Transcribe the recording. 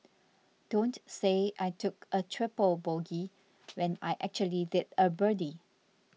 don't say I took a triple bogey when I actually did a birdie